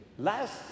Last